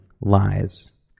lies